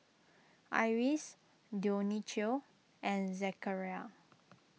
Iris Dionicio and Zechariah